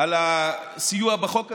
על הסיוע בחוק הזה,